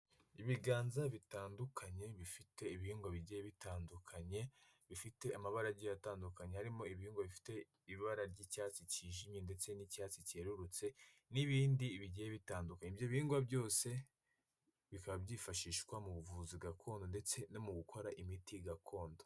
Ibiganza bitandukanye bifite ibihingwa bigiye bitandukanye, bifite amabarage agiye atandukanye, harimo ibihingwa bifite ibara ry'icyatsi cyijimye ndetse n'icyatsi cyererutse n'ibindi bigiye bitandukanye, ibyo bihingwa byose bikaba byifashishwa mu buvuzi gakondo ndetse no mu gukora imiti gakondo.